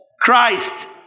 Christ